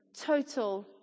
total